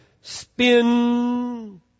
Spin